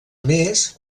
més